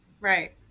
right